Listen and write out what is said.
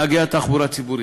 נהגי התחבורה הציבורית,